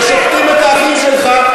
ושוחטים את האחים שלך,